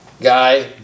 guy